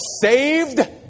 saved